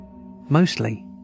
Mostly